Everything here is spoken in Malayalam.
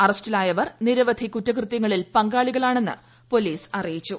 അറസ്റ്റിലായവർ നിരവധി കുറ്റകൃത്യങ്ങളിൽ പങ്കാളികളാണെന്ന് പൊലീസ് അറിയിച്ചു